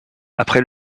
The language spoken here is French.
après